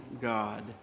God